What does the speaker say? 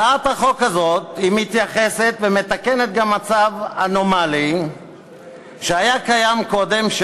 הצעת החוק הזאת מתייחסת ומתקנת גם מצב אנומלי שהיה קיים קודם,